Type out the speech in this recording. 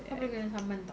kau boleh kena saman [tau]